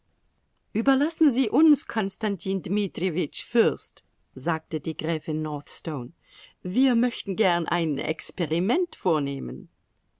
überlassen sie uns konstantin dmitrijewitsch fürst sagte die gräfin northstone wir möchten gern ein experiment vornehmen